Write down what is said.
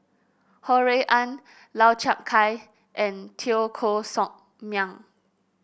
Ho Rui An Lau Chiap Khai and Teo Koh Sock Miang